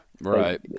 Right